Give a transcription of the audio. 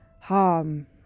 Harm